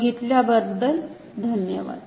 बघितल्याबद्दल धन्यवाद